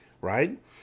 right